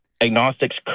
agnostics